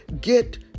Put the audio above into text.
get